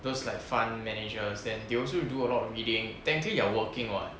those like fund managers then they also do a lot of reading technically you are working [what]